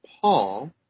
Paul